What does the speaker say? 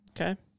Okay